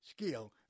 skill